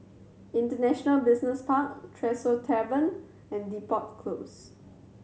International Business Park Tresor Tavern and Depot Close